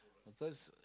because